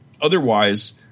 otherwise